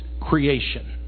creation